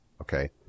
okay